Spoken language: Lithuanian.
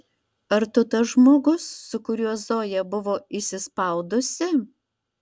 ar tu tas žmogus su kuriuo zoja buvo įsispaudusi